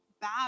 bad